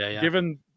given